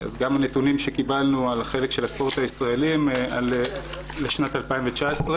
אז גם הנתונים שקיבלנו על חלק של הספורט הישראלי הם לשנת 2019,